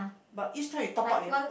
but each time you top up you